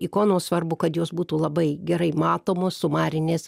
ikonos svarbu kad jos būtų labai gerai matomos sumarinės